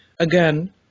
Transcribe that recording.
again